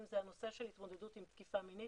זה הנושא של התמודדות עם תקיפה מינית.